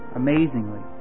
amazingly